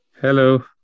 Hello